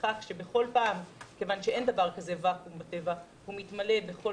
מכיוון שאין דבר כזה ואקום בטבע הוא מתמלא בכל